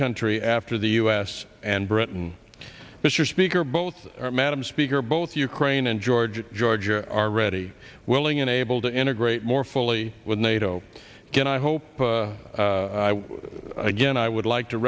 country after the u s and britain mr speaker both are madam speaker both ukraine and georgia georgia are ready willing and able to integrate more fully with nato again i hope again i would like to